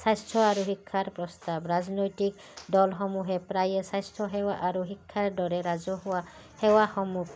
স্বাস্থ্য আৰু শিক্ষাৰ প্ৰস্তাৱ ৰাজনৈতিক দলসমূহে প্ৰায়ে স্বাস্থ্যসেৱা আৰু শিক্ষাৰ দৰে ৰাজহুৱা সেৱাসমূহ